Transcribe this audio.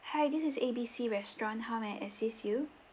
hi this is A B C restaurant how may I assist you